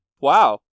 Wow